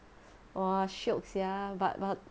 !wah! shiok sia but but